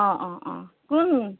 অঁ অঁ অঁ কোন